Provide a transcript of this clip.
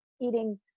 eating